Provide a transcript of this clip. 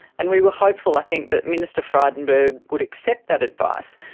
and we were hopeful, i think, that minister frydenberg would accept that advice.